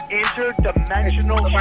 interdimensional